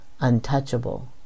untouchable